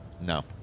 No